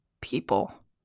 people